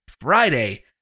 Friday